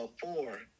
four